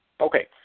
Okay